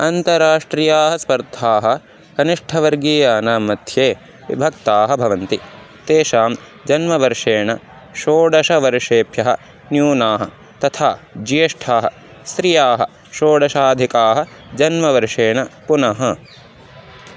अन्तराष्ट्रियाः स्पर्धाः कनिष्ठवर्गीयानां मध्ये विभक्ताः भवन्ति तेषां जन्मवर्षेण षोडशवर्षेभ्यः न्यूनाः तथा ज्येष्ठाः स्त्रियाः षोडशाधिकाः जन्मवर्षेण पुनः